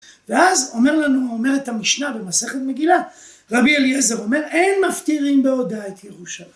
ואז אומר לנו, אומר את המשנה במסכת מגילה, רבי אליעזר אומר, אין מפתירים בהודעה את ירושלים.